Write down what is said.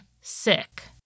sick